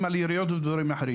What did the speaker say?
לצד זאת,